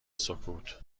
سکوت